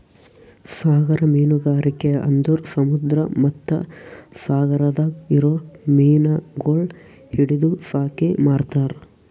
ಸಾಗರ ಮೀನುಗಾರಿಕೆ ಅಂದುರ್ ಸಮುದ್ರ ಮತ್ತ ಸಾಗರದಾಗ್ ಇರೊ ಮೀನಗೊಳ್ ಹಿಡಿದು ಸಾಕಿ ಮಾರ್ತಾರ್